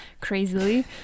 crazily